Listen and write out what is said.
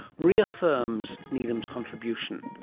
reaffirms needham's contribution.